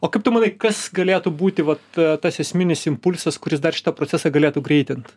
o kaip tu manai kas galėtų būti vat tas esminis impulsas kuris dar šitą procesą galėtų greitint